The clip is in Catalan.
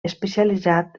especialitzat